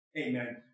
Amen